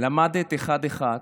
למדת אחד-אחד,